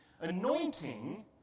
Anointing